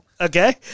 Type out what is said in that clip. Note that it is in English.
Okay